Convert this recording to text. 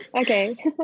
okay